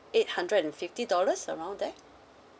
eight hundred and fifty dollars around there